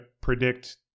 predict